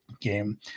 Game